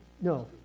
no